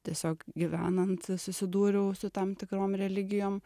tiesiog gyvenant susidūriau su tam tikrom religijom